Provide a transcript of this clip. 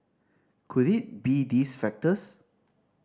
could it be these factors